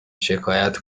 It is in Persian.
شکایت